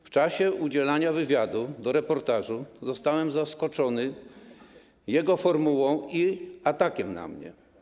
W czasie udzielania wywiadu do reportażu zostałem zaskoczony jego formułą i atakiem na mnie.